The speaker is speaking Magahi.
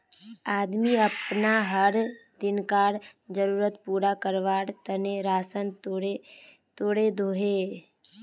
आदमी अपना हर दिन्कार ज़रुरत पूरा कारवार तने राशान तोड़े दोहों